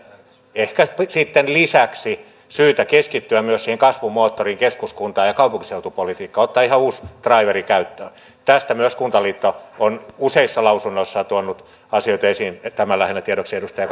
ehkä sitten lisäksi syytä keskittyä myös siihen kasvun moottoriin keskuskunta ja kaupunkiseutupolitiikkaan ottaa ihan uusi draiveri käyttöön tästä myös kuntaliitto on useissa lausunnoissaan tuonut asioita esiin tämä lähinnä tiedoksi edustaja